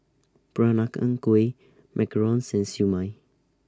Peranakan Kueh Macarons and Siew Mai